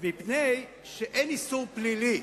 מפני שאין איסור פלילי,